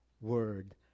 word